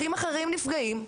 אחים אחרים נפגעים,